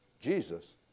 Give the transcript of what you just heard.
Jesus